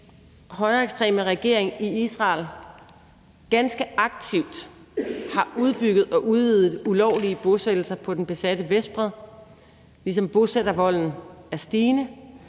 højreekstreme regering i Israel ganske aktivt har udbygget og udvidet de ulovlige bosættelser på den besatte Vestbred, ligesom bosættervolden er stigende,